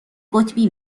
قطبی